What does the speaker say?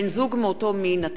בן-זוג מאותו מין),